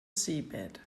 seabed